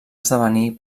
esdevenir